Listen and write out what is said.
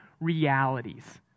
realities